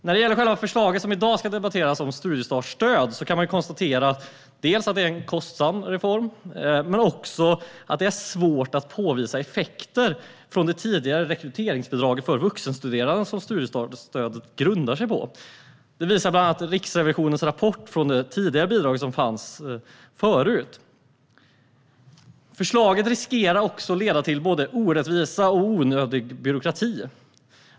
När det gäller förslaget som vi i dag debatterar om studiestartsstöd kan man konstatera att det är en kostsam reform, men också att det är svårt att påvisa effekter av det tidigare rekryteringsbidrag för vuxenstuderande som studiestartsstödet grundar sig på. Det visar bland annat Riksrevisionens rapport om de bidrag som fanns tidigare. Förslaget riskerar också att leda till både orättvisa och onödig byråkrati.